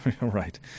right